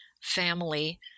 family